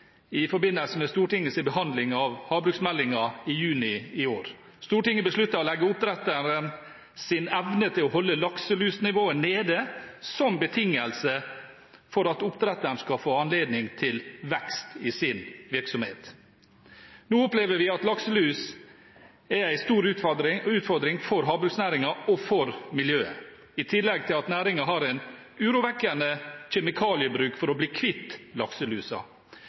i forbindelse med Stortingets behandling av havbruksmeldingen i juni i år. Stortinget besluttet å legge oppdretterens evne til å holde lakselusnivået nede som betingelse for at oppdretteren skal få anledning til vekst i sin virksomhet. Nå opplever vi at lakselus er en stor utfordring for havbruksnæringen og for miljøet, i tillegg til at næringen har en urovekkende kjemikaliebruk for å bli kvitt lakselusa.